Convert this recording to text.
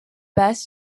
best